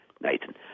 Nathan